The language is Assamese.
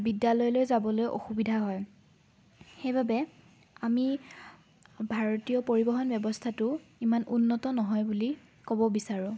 বিদ্যালয়লৈ যাবলৈ অসুবিধা হয় সেইবাবে আমি ভাৰতীয় পৰিবহন ব্যৱস্থাটো ইমান উন্নত নহয় বুলি ক'ব বিচাৰোঁ